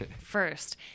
first